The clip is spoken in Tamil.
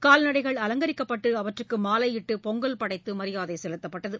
கால்நடைகள் அலங்கரிக்கப்பட்டு அவற்றுக்குமாலையிட்டுபொங்கல் படைத்துமரியாதைசெலுத்தப்பட்டது